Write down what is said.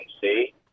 see